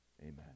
Amen